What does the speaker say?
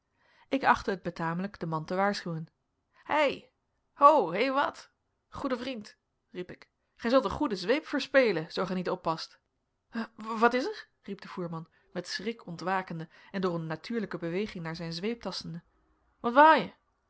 ik achtte het betamelijk den man te waarschuwen hei ho hè wat goede vriend riep ik gij zult een goede zweep verspelen zoo gij niet oppast wat is er riep de voerman met schrik ontwakende en door een natuurlijke beweging naar zijn zweep tastende wat wou je